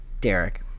Derek